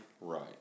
Right